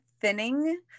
thinning